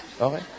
Okay